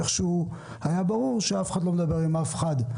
איכשהו היה ברור שאף אחד לא מדבר עם אף אחד.